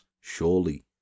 surely